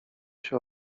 się